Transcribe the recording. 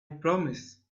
promise